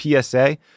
PSA